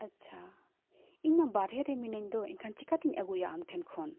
ᱟᱪᱪᱷᱟ ᱤᱧ ᱢᱟ ᱵᱟᱨᱦᱮ ᱨᱮ ᱢᱤᱱᱟᱹᱧ ᱫᱚ ᱮᱱᱠᱷᱟᱱ ᱪᱮᱠᱟᱛᱮᱧ ᱟᱹᱜᱩᱭᱟ ᱟᱢ ᱴᱷᱮᱱ ᱠᱷᱚᱱ